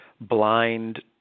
blind